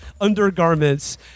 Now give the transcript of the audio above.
undergarments